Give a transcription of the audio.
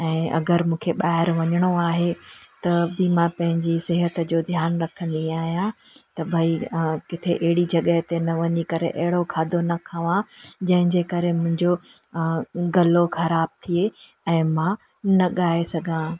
ऐं अगरि मूंखे ॿाहिरि वञिणो आहे त बि मां पंहिंजी सिहत जो ध्यानु रखंदी आहियां त भइ किथे अहिड़ी जॻहि ते न वञी करे अहिड़ो खाधो न खावां जंहिंजे करे मुंहिंजो गलो ख़राबु थिए ऐं मां न ॻाए सघां